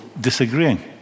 disagreeing